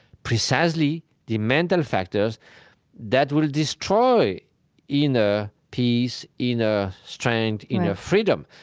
precisely the mental factors that will destroy inner peace, inner strength, inner freedom.